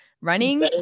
running